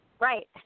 right